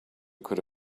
could